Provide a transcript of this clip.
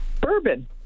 Bourbon